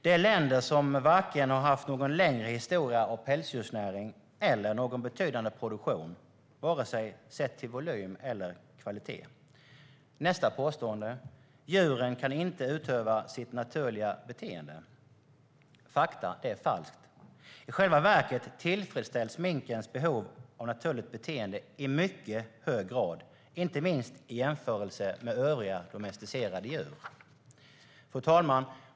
Det är länder som varken har haft en längre historia av pälsdjursnäring eller en betydande produktion, vare sig i volym eller kvalitet. Nästa påstående är att djuren inte kan utöva sitt naturliga beteende. Det är falskt. I själva verket tillfredsställs minkens behov av naturligt beteende i mycket hög grad, inte minst i jämförelse med övriga domesticerade djur. Fru talman!